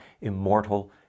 immortal